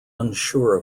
unsure